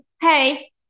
hey